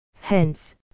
Hence